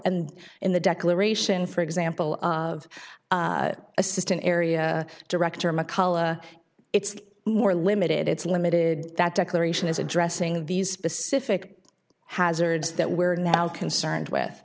and in the declaration for example of assistant area director mccullough it's more limited it's limited that declaration is addressing these specific hazards that we're now concerned with